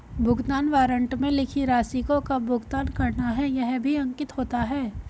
भुगतान वारन्ट में लिखी राशि को कब भुगतान करना है यह भी अंकित होता है